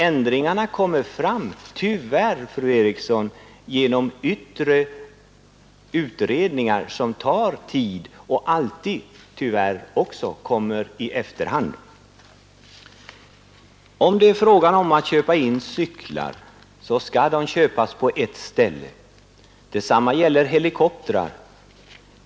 Ändringarna kommer fram — tyvärr fru Eriksson — genom yttre utredningar som tar tid och alltid kommer i efterhand. Om det är fråga om inköp av cyklar, så skall de köpas på ett ställe, detsamma gäller helikoptrar.